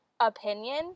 Opinion